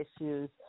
issues